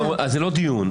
זה לא דיון.